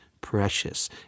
precious